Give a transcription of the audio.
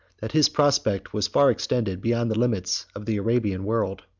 that his prospect was far extended beyond the limits of the arabian world.